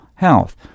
health